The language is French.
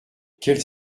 quels